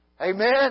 Amen